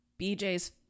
BJ's